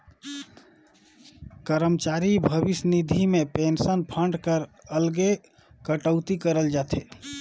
करमचारी भविस निधि में पेंसन फंड कर अलगे कटउती करल जाथे